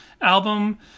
album